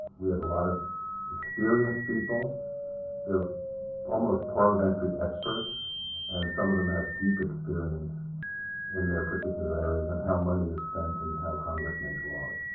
we have a lot of experienced people they're almost parliamentary experts and some of them have deep experience in their particular areas on and how money is spent and how congress makes laws.